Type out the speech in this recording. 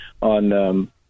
on